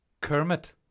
Kermit